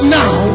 now